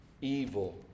evil